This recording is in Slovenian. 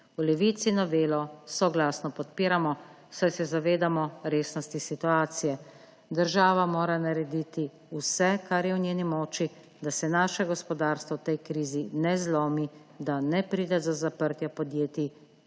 V Levici novelo soglasno podpiramo, saj se zavedamo resnosti situacije. Država mora narediti vse, kar je v njeni moči, da se naše gospodarstvo v tej krizi ne zlomi, da ne pride do zaprtja podjetij